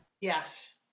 Yes